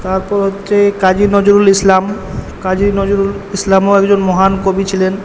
তারপর হচ্ছে কাজি নজরুল ইসলাম কাজি নজরুল ইসলামও একজন মহান কবি ছিলেন